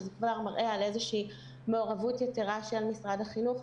שזה כבר מראה על איזושהי מעורבות יתרה של משרד החינוך,